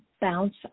bounce